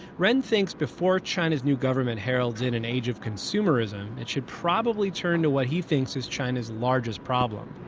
ren thinks before china's new government heralds in an age of consumerism, it should probably turn to what he thinks is china's largest problem